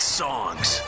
songs